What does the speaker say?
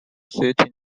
city